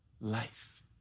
life